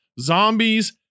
zombies